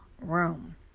room